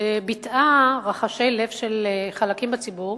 ביטאה רחשי לב של חלקים בציבור